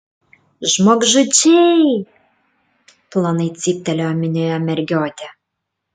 žmogžudžiai plonai cyptelėjo minioje mergiotė